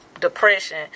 depression